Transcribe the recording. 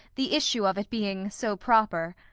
the issue of it being so proper.